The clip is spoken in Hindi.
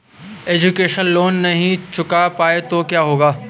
एजुकेशन लोंन नहीं चुका पाए तो क्या होगा?